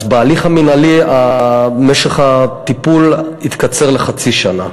בהליך המינהלי התקצר משך הטיפול לחצי שנה.